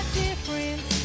difference